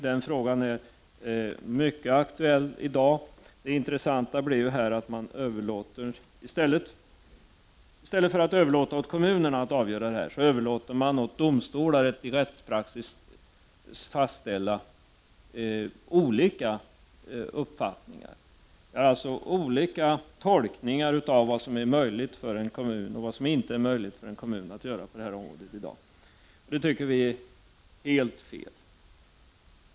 Den frågan är mycket aktuell i dag. Det intressanta är att man i stället för att överlåta åt kommunen att avgöra detta överlåter åt domstolar att i rättspraxis fastställa olika praxis. Det är alltså olika tolkningar av vad som är möjligt och vad som inte är möjligt för kommunen på detta område. Det tycker vi är helt fel.